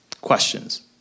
questions